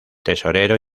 tesorero